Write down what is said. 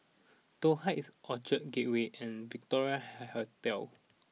Toh Heights Orchard Gateway and Victoria Hotel